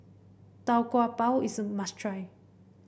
Tau Kwa Pau is a must try